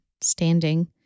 standing